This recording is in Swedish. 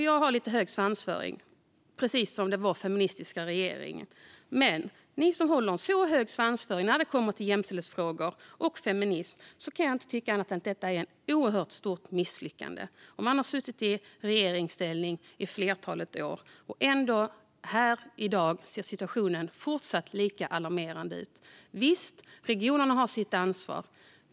Jag har lite hög svansföring, precis som vår feministiska regering. Men för en regering som har så hög svansföring när det gäller jämställdhetsfrågor och feminism kan jag inte tycka annat än att detta är ett oerhört stort misslyckande. Man har suttit i regeringsställning i ett flertal år; ändå ser situationen fortsatt lika alarmerande ut i dag. Visst, regionerna har sitt ansvar.